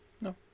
No